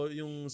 yung